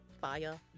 Fire